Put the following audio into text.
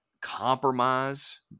compromise